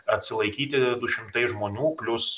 atsilaikyti du šimtai žmonių plius